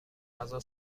غذا